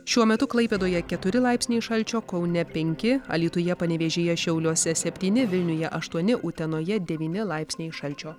šiuo metu klaipėdoje keturi laipsniai šalčio kaune penki alytuje panevėžyje šiauliuose septyni vilniuje aštuoni utenoje devyni laipsniai šalčio